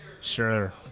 Sure